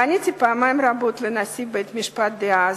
פניתי פעמים רבות לנשיא בית-המשפט העליון דאז,